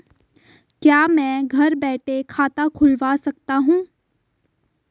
क्या मैं घर बैठे खाता खुलवा सकता हूँ?